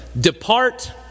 depart